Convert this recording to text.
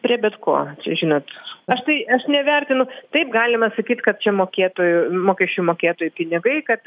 prie bet ko čia žinot aš tai aš nevertinu taip galima sakyt kad čia mokėtojų mokesčių mokėtojų pinigai kad